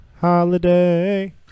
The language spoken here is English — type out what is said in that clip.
Holiday